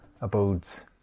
abodes